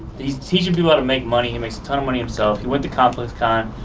he's teaching people how to make money, he makes a ton of money himself. he went to complex con,